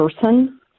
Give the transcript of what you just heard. person